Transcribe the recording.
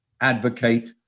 advocate